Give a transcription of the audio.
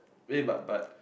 eh but but